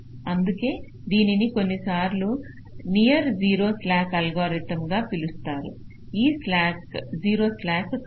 అందుకే దీనిని కొన్నిసార్లు నియర్ 0 స్లాక్ అల్గోరిథం గా పిలుస్తారు 0 స్లాక్ కాదు